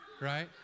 right